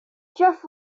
jeff